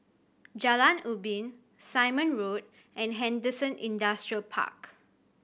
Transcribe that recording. Jalan Ubin Simon Road and Henderson Industrial Park